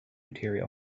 material